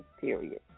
period